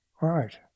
right